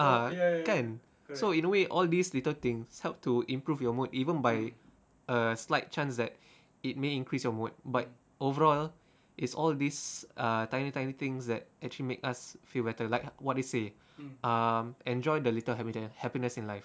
ah kan so in a way all these little things help to improve your mood even by a slight chance that it may increase your mood but overall is all this uh tiny tiny things that actually make us feel better like what they say um enjoyed the little hap~ happiness in life